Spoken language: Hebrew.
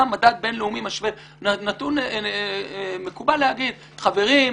במדד בין-לאומי משווה מקובל להגיד: חברים,